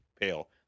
pale